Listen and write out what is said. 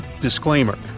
Disclaimer